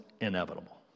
inevitable